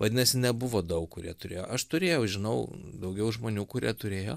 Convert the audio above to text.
vadinasi nebuvo daug kurie turėjo aš turėjau žinau daugiau žmonių kurie turėjo